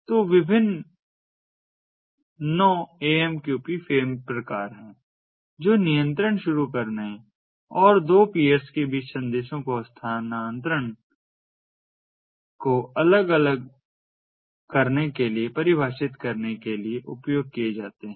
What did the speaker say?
तो विभिन्न 9 AMQP frame प्रकार हैं जो नियंत्रण शुरू करने और दो पीअर्स के बीच संदेशों के हस्तांतरण को अलग करने के लिए परिभाषित करने के लिए उपयोग किए जाते हैं